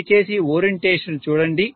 దయచేసి ఓరియంటేషన్ ను చూడండి